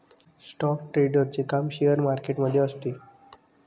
stock ट्रेडरचे काम share market मध्ये असते